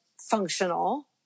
functional